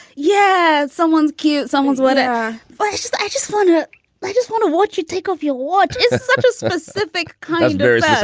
yeah, someone's cute. someone's what? i but just i just want to i just want to watch you take off. your watch is such a specific kinders.